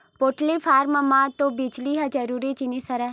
poultry farm म तो बिजली ह जरूरी जिनिस हरय